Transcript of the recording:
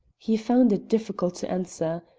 he found it difficult to answer.